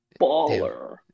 Baller